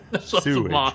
sewage